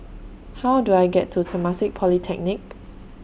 How Do I get to Temasek Polytechnic